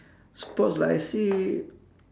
sports like I say